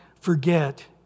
forget